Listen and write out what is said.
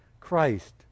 Christ